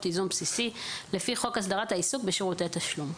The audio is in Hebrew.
ייזום בסיסי לפי חוק הסדרת העיסוק בשירותי תשלום.